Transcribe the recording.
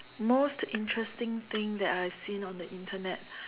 most interesting thing that I have seen on the Internet